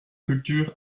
culture